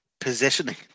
positioning